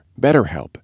BetterHelp